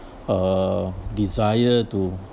uh desire to